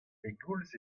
pegoulz